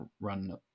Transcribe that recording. run